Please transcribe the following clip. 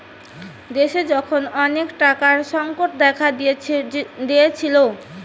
দেশে যখন অনেক টাকার সংকট দেখা দিয়েছিলো